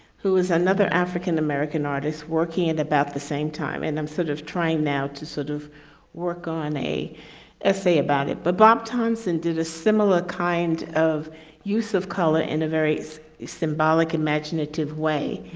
who was another african american artist working in about the same time and i'm sort of trying now to sort of work on a a say about it. but bob thompson did a similar kind of use of color in a very symbolic imaginative way.